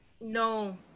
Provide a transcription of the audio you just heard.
No